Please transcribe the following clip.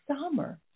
summer